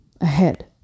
ahead